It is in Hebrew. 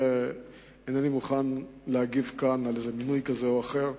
אינני מוכן להגיב כאן על מינוי כזה או אחר.